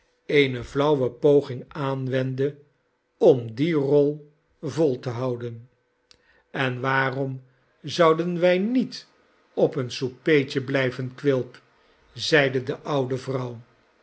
eene flauwe poging aanwendde om die rol vol te houden en waarom zouden zij niet op een soupeetje blijven quilp zeide de oude vrouw